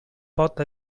pot